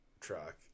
truck